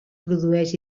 produeix